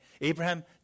Abraham